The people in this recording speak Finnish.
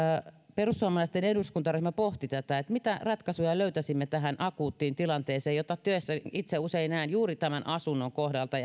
perussuomalaisten eduskuntaryhmä pohti sitä mitä ratkaisuja löytäisimme tähän akuuttiin tilanteeseen jota työssä itse usein näen juuri asunnon kohdalta